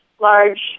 large